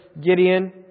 Gideon